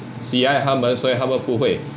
喜爱它们所以它们不会